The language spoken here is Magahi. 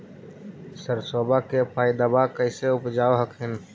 सरसोबा के पायदबा कैसे उपजाब हखिन?